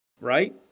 right